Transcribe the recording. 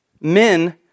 men